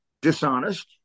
dishonest